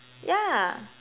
yeah